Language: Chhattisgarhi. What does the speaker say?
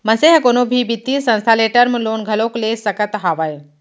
मनसे ह कोनो भी बित्तीय संस्था ले टर्म लोन घलोक ले सकत हावय